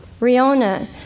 Riona